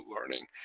learning